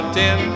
ten